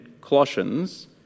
Colossians